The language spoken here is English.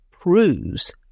proves